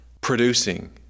producing